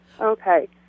okay